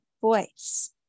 voice